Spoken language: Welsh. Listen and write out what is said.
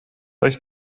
does